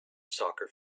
soccer